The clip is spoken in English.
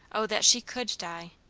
o that she could die!